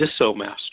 DisoMaster